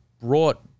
brought